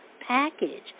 package